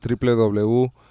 www